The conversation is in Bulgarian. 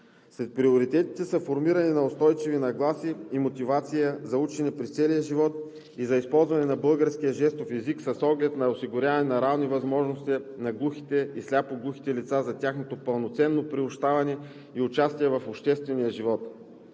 Сред приоритетите са: формиране на устойчиви нагласи и мотивация за учене през целия живот и за използване на българския жестов език с оглед на осигуряване на равни възможности на глухите и сляпо-глухите лица за тяхното пълноценно приобщаване и участие в обществения живот;